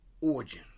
origin